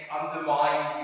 undermine